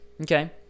Okay